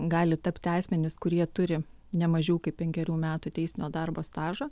gali tapti asmenys kurie turi ne mažiau kaip penkerių metų teisinio darbo stažą